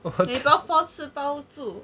eh 包吃包住